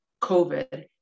COVID